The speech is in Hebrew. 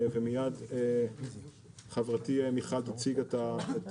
ומיד חברתי מיכל שיק הר טוב תציג את דברינו.